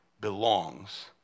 belongs